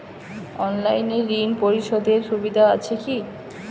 অনলাইনে ঋণ পরিশধের সুবিধা আছে কি?